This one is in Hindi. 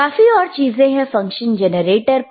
काफी और चीजें हैं फंक्शन जनरेटर पर